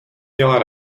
měla